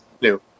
new